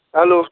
hello